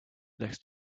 next